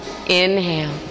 Inhale